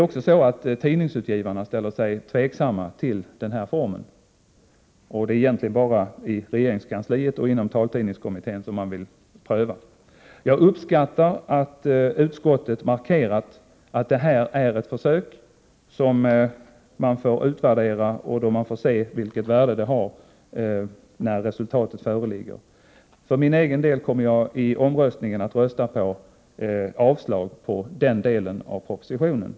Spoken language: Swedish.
Också tidningsutgivarna ställer sig tveksamma till den här formen, och det är egentligen bara i regeringskansliet och inom taltidningskommittén som man vill pröva den. Jag uppskattar att utskottet markerat att det här är ett försök som man får utvärdera och att man får se vilket värde det har när resultatet föreligger. För min egen del kommer jag i omröstningen att rösta för avslag på den delen av propositionen.